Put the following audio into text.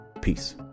Peace